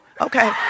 Okay